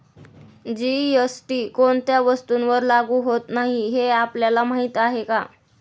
GST कोणत्या वस्तूंवर लागू होत नाही हे आपल्याला माहीत आहे का?